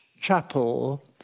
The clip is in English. Chapel